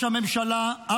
ראש הממשלה,